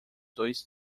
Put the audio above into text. dois